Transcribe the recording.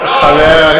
לעבוד.